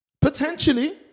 Potentially